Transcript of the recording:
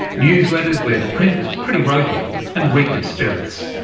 newsletters were the print was pretty ropey and reeked of spirits.